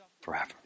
forever